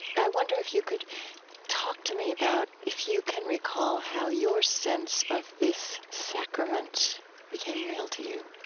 i wonder if you could talk to me about if you can recall how your sense of this sacrament became real to you?